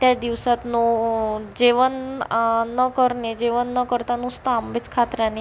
त्या दिवसात नो जेवण न करणे जेवण न करता नुसतं आंबेच खात राहणे